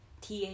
ta